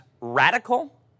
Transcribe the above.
radical